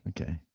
Okay